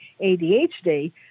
ADHD